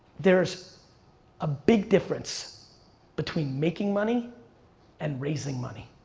there's a big difference between making money and raising money.